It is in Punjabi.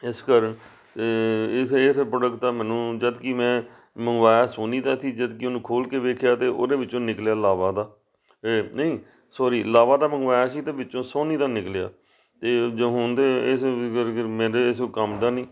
ਇਸ ਕਾਰਨ ਅਤੇ ਇਸ ਇਹ ਫਿਰ ਪ੍ਰੋਡੈਕਟ ਦਾ ਮੈਨੂੰ ਜਦੋਂ ਕਿ ਮੈਂ ਮੰਗਵਾਇਆ ਸੋਨੀ ਦਾ ਸੀ ਜਦੋਂ ਕਿ ਉਹਨੂੰ ਖੋਲ੍ਹ ਕੇ ਦੇਖਿਆ ਅਤੇ ਉਹਦੇ ਵਿੱਚੋਂ ਨਿਕਲਿਆ ਲਾਵਾ ਦਾ ਇਹ ਨਹੀਂ ਸੋਰੀ ਲਾਵਾ ਦਾ ਮੰਗਵਾਇਆ ਸੀ ਅਤੇ ਵਿੱਚੋਂ ਸੋਨੀ ਦਾ ਨਿਕਲਿਆ ਅਤੇ ਜੋ ਹੁਣ ਦੇ ਇਸ ਮੇਰੇ ਇਸ ਕੰਮ ਦਾ ਨਹੀਂ